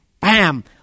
BAM